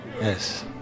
Yes